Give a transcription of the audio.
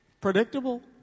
predictable